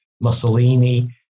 Mussolini